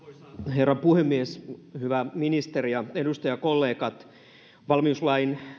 herra puhemies hyvä ministeri ja edustajakollegat valmiuslain